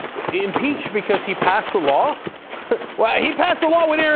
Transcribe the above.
who impeach because he passed the law why he pass a law when they're